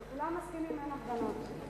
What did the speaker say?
כשכולם מסכימים אין הפגנות.